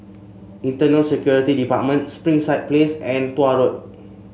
Internal Security Department Springside Place and Tuah Road